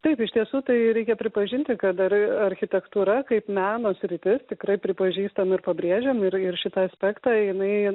taip iš tiesų tai reikia pripažinti ką dar ir architektūra kaip meno sritis tikrai pripažįstam ir pabrėžiam ir ir šitą aspektą jinai